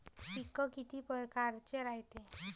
पिकं किती परकारचे रायते?